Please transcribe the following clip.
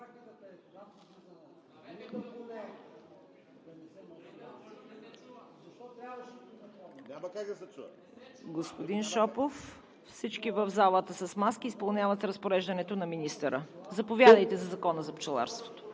Господин Шопов, всички в залата са с маски и изпълняват разпореждането на министъра. Заповядайте по Закона за пчеларството.